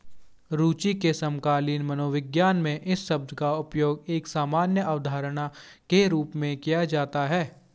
रूचि के समकालीन मनोविज्ञान में इस शब्द का उपयोग एक सामान्य अवधारणा के रूप में किया जाता है